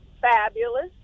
fabulous